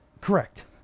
Correct